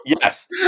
Yes